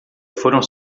foram